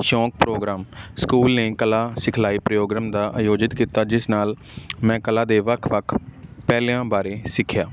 ਸ਼ੌਂਕ programme school ਨੇ ਕਲਾ ਸਿਖਲਾਈ ਪ੍ਰੋਗਰਾਮ ਦਾ ਆਯੋਜਿਤ ਕੀਤਾ ਜਿਸ ਨਾਲ ਮੈਂ ਕਲਾ ਦੇ ਵੱਖ ਵੱਖ ਪਹਿਲੂਆਂ ਬਾਰੇ ਸਿੱਖਿਆ